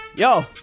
Yo